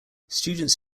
students